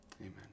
Amen